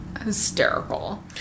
hysterical